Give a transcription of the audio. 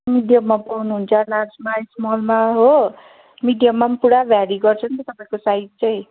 मिडियममा पाउनुहुन्छ लार्जमा स्मलमा हो मिडियममा पनि पुरा भ्यरी गर्छ नि त तपाईँको साइज चाहिँ